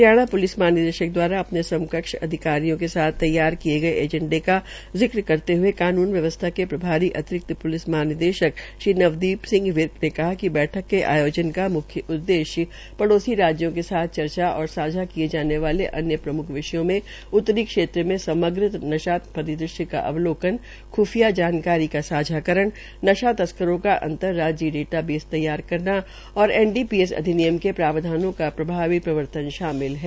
Haryana police महानिदेशक दवारा अपने समकक्ष अधिकारियों के साथ तैयार किए गए एंजेडा का जिक्र करते हुए कानून व्यवसथा के प्रभारीअतिरिक्त प्लिस महानिदेशक श्री नवदीप सिंह विर्क ने कहा कि बैठक के आयोजन का मुख्य उददेश्य पडौसी राज्यों के साथ चर्चा और साझा किए जाने वाले अन्य प्रमुख विषयों में उतरी क्षेत्र में समग्र नषा परिदृश्य का अवलोकन ख्फिया जानकारी का साझाकरण नशा तस्करों का अंतर राज्य डेटा बेस तैयार करना और एनडीपीएस अधिनियम के प्रावधानों का प्रभावी प्रवर्तन शामिल है